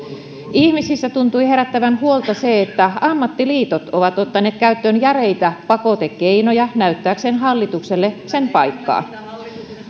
ihmisissä tuntui herättävän huolta se että ammattiliitot ovat ottaneet käyttöön järeitä pakotekeinoja näyttääkseen hallitukselle sen paikkaa